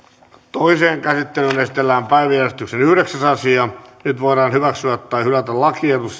toiseen käsittelyyn esitellään päiväjärjestyksen yhdeksäs asia nyt voidaan hyväksyä tai hylätä lakiehdotukset joiden